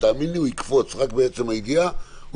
הוא יקפוץ רק מעצם הידיעה תאמין לי.